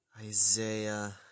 Isaiah